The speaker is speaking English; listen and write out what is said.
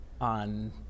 on